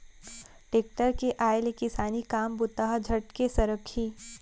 tractor के आय ले किसानी काम बूता ह झटके सरकही